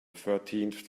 thirteenth